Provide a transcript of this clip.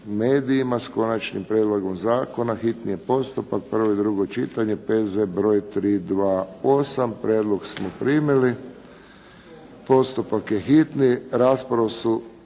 medijima, s konačnim prijedlogom zakona, hitni postupak, prvo i drugo čitanje, P.Z. br. 328 Prijedlog smo primili. Postupak je hitni.